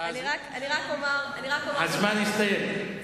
הזמן הסתיים.